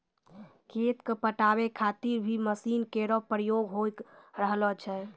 खेत क पटावै खातिर भी मसीन केरो प्रयोग होय रहलो छै